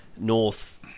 North